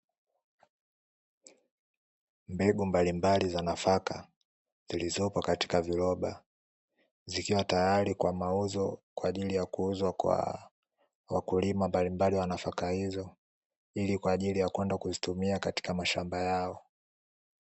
Mbegu mbalimbali za nafaka zilizopo katika viroba, zikiwa tayari kwa mauzo kwa ajili ya kuuzwa kwa wakulima mbalimbali wanafaka hizo ili kwa ajili ya kwenda kuzitumia katika mashamba yao.